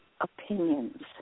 opinions